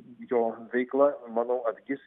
jo veikla manau atgis